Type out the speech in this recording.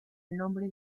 nombre